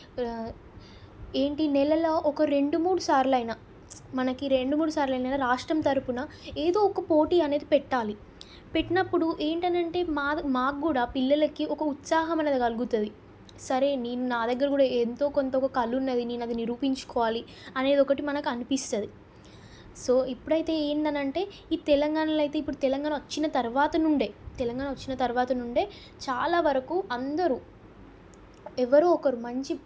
ఏంటి నెలలో ఒక రెండు మూడు సార్లు అయినా మనకి రెండు మూడు సార్లు అయినా రాష్ట్రం తరపున ఏదో ఒక పోటీ అనేది పెట్టాలి పెట్టినప్పుడు ఏంటని అంటే మాది మాకు కూడా పిల్లలకి ఒక ఉత్సాహం అనేది కలుగుతాది సరే నేను నా దగ్గర కూడా ఎంతో కొంత ఒక కళ ఉన్నది నేను అది నిరూపించుకోవాలి అనేది ఒకటి మనకు అనిపిస్తుంది సో ఇప్పుడైతే ఏందని అంటే ఈ తెలంగాణలో అయితే ఇప్పుడు తెలంగాణ వచ్చిన తర్వాత నుండే తెలంగాణ వచ్చిన తర్వాత నుండే చాలా వరకు అందరూ ఎవరో ఒకరు మంచి